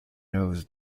knows